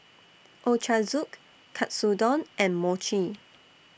Ochazuke Katsudon and Mochi